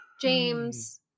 James